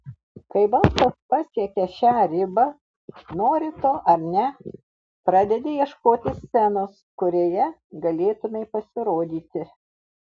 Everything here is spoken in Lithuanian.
kai balsas pasiekia šią ribą nori to ar ne pradedi ieškoti scenos kurioje galėtumei pasirodyti